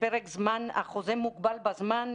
החוזה מוגבל בזמן,